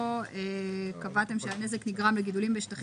פה קבעתם "שהנזק נגרם לגידולים בשטחים